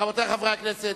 רבותי חברת הכנסת,